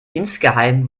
insgeheim